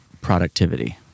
productivity